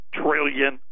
trillion